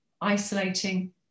isolating